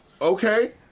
Okay